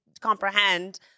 comprehend